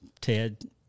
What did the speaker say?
ted